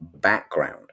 background